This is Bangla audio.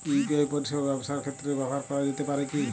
ইউ.পি.আই পরিষেবা ব্যবসার ক্ষেত্রে ব্যবহার করা যেতে পারে কি?